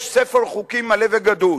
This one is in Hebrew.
יש ספר חוקים מלא וגדוש.